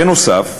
בנוסף,